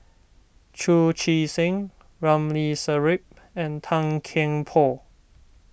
Chu Chee Seng Ramli Sarip and Tan Kian Por